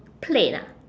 plane ah